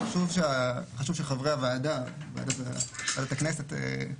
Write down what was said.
חשוב שחברי הוועדה, ועדת הכנסת.